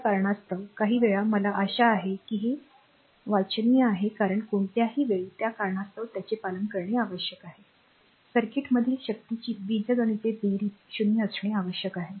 या कारणास्तव काही वेळा मला आशा आहे की हे वाचनीय आहे कारण कोणत्याही वेळी त्या कारणास्तव त्याचे पालन करणे आवश्यक आहे सर्किटमधील शक्तीची बीजगणित बेरीज 0 असणे आवश्यक आहे